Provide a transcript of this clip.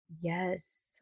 yes